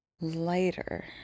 lighter